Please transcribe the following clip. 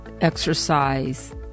exercise